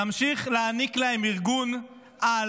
נמשיך להעניק להם ארגון-על,